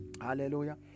Hallelujah